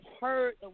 heard